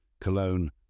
Cologne